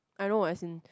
I know as in